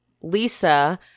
Lisa